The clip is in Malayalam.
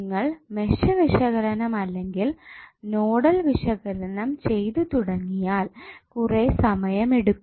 നിങ്ങൾ മെഷ് വിശകലനം അല്ലെങ്കിൽ നോഡൽ വിശകലനം ചെയ്തു തുടങ്ങിയാൽ കുറേ സമയമെടുക്കും